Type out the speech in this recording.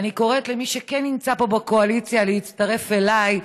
ואני קוראת למי שכן נמצא פה בקואליציה להצטרף אליי: